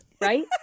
right